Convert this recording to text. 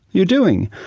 you doing?